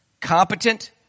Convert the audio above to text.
competent